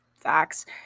facts